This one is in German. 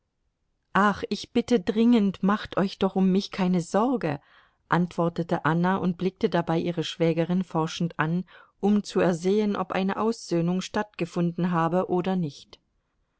ach ich bitte dringend macht euch doch um mich keine sorge antwortete anna und blickte dabei ihre schwägerin forschend an um zu ersehen ob eine aussöhnung stattgefunden habe oder nicht